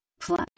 Plus